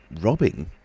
robbing